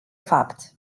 fapt